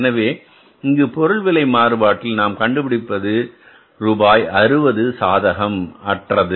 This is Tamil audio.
எனவே இங்கு பொருள் விலை மாறுபாட்டில் நாம் கண்டுபிடித்தது ரூபாய் 60 இது சாதகம் அற்றது